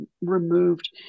removed